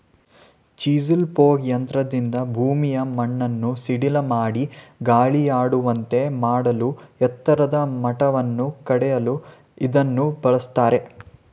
chisel plough ಯಂತ್ರದಿಂದ ಭೂಮಿಯ ಮಣ್ಣನ್ನು ಸಡಿಲಮಾಡಿ ಗಾಳಿಯಾಡುವಂತೆ ಮಾಡಲೂ ಎತ್ತರದ ಮಟ್ಟವನ್ನು ಕಡಿಯಲು ಇದನ್ನು ಬಳ್ಸತ್ತರೆ